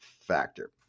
factor